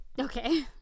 Okay